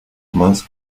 más